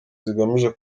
zigamije